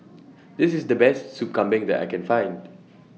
This IS The Best Sup Kambing that I Can Find